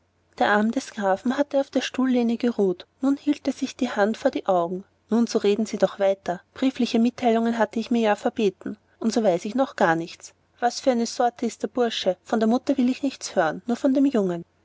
der arm des grafen hatte auf der stuhllehne geruht nun hielt er sich plötzlich die hand vor die augen nun so reden sie doch weiter briefliche mitteilungen hatte ich mir ja verbeten und so weiß ich noch von gar nichts was für eine sorte ist der bursche von der mutter will ich nichts hören nur von dem jungen